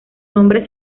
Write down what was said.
nombre